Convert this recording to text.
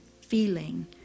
feeling